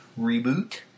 reboot